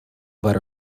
but